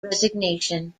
resignation